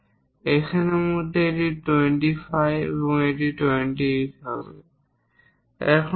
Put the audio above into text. আবার এটি 25 এবং আবার এটি 28 হবে